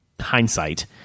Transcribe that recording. hindsight